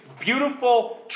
Beautiful